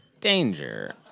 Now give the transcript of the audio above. Danger